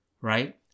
right